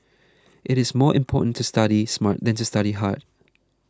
it is more important to study smart than to study hard